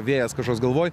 vėjas kažkoks galvoj